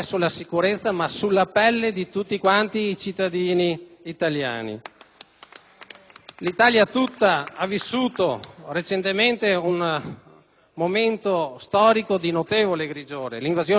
L'Italia tutta ha vissuto recentemente un momento storico di notevole grigiore: l'invasione dei rom e degli extracomunitari in genere, da alcuni dipinti come una risorsa